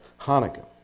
Hanukkah